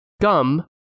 gum